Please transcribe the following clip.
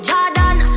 Jordan